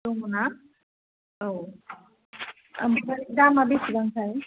दङ ना औ ओमफ्राय दामा बेसेबांथाय